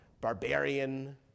barbarian